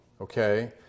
Okay